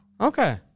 Okay